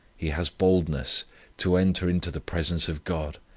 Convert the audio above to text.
he has boldness to enter into the presence of god,